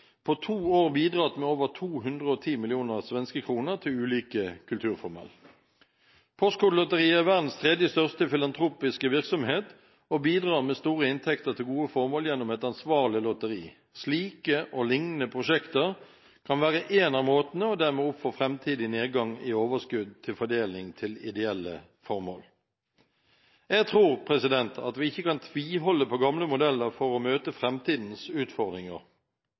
på to år bidratt med over 210 mill. svenske kroner til ulike kulturformål. Postkodelotteriet er verdens tredje største filantropiske virksomhet og bidrar med store inntekter til gode formål gjennom et ansvarlig lotteri. Slike og lignende prosjekter kan være en av måtene å demme opp for framtidig nedgang i overskudd til fordeling til ideelle formål. Jeg tror at vi ikke kan tviholde på gamle modeller for å møte framtidens utfordringer.